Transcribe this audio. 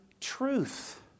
truth